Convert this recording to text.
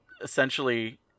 essentially